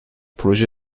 proje